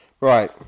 Right